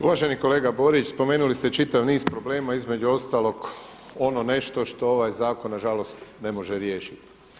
Uvaženi kolega Borić, spomenuli ste čitav niz problema, između ostalog ono nešto što ovaj zakon nažalost ne može riješiti.